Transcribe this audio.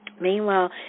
Meanwhile